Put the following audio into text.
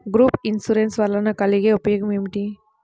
Group insurance వలన కలిగే ఉపయోగమేమిటీ?